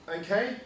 okay